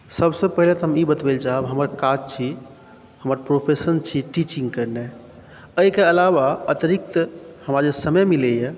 सबसे पहिले तऽ हम ई बतबै ला चाहब जे हमर काज छी हमर प्रोफेशन छी टीचिंग करनाइ एहिके अलावा अतिरिक्त हमरा जे समय मिलैया